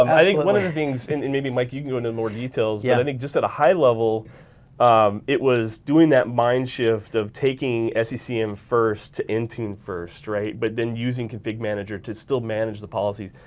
um i think one of the things, and maybe mike, you can go into more details. yeah i think just at a high level um it was doing that mind shift of taking sccm first to intune first, right? but then using config manager to still manage the policies.